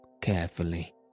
carefully